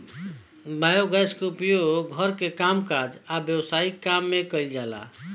biogas के उपयोग घर के कामकाज आ व्यवसायिक काम में कइल जाला